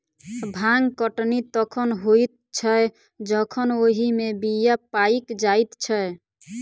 भांग कटनी तखन होइत छै जखन ओहि मे बीया पाइक जाइत छै